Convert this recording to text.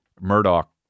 Murdoch